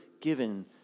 given